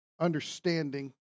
understanding